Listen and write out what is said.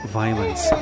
violence